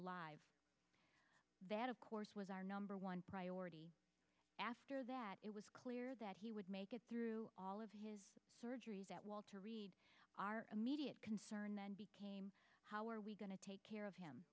alive that of course was our number one priority after that it was clear that he would make it through all of his at walter reed our immediate concern then became how are we going to take care of him